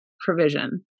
provision